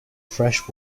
fresh